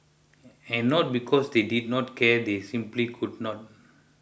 and not because they did not care they simply could not